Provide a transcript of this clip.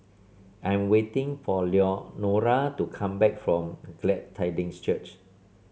I'm waiting for Leonora to come back from Glad Tidings Church